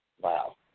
Wow